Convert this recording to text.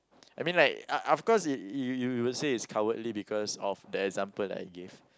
I mean like of of course you you would say it's cowardly because of the example that I gave